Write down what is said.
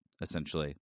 essentially